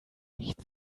nicht